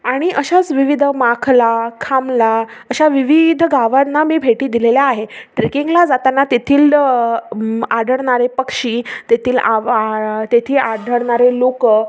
आणि अशाच विविध माखला खामला अशा विवि ध गावांना मी भेटी दिलेल्या आहे ट्रेकिंगला जाताना तेथील आढळणारे पक्षी तेथील आ वा तेथे आढळणारे लोक